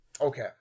Okay